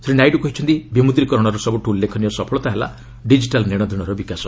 ଶ୍ରୀ ନାଇଡୁ କହିଛନ୍ତି ବିମୁଦ୍ରୀକରଣର ସବୁଠୁ ଉଲ୍ଲେଖନୀୟ ସଫଳତା ହେଲା ଡିଜିଟାଲ୍ ନେଶଦେଶର ବିକାଶ